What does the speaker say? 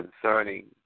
concerning